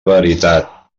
veritat